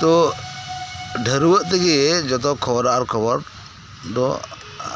ᱛᱚ ᱰᱷᱟᱹᱨᱣᱟᱹᱜ ᱛᱮᱜᱮ ᱡᱷᱚᱛᱚ ᱠᱷᱚᱵᱚᱨᱟ ᱠᱷᱚᱵᱚᱨ ᱫᱚ